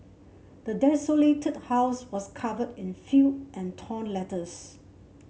the desolated house was covered in filth and torn letters